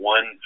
One